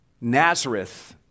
Nazareth